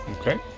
Okay